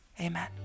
Amen